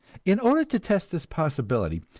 in order to test this possibility,